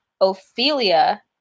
ophelia